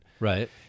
Right